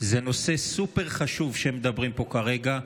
זה נושא סופר-חשוב שמדברים פה כרגע,